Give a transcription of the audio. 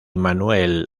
manuel